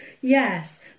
yes